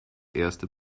erste